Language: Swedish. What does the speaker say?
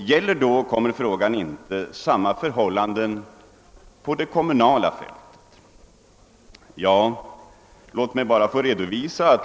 Gäller då inte samma förhållanden på det kommunala fältet?